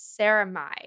ceramide